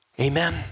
Amen